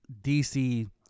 DC